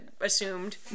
assumed